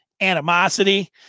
animosity